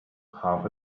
half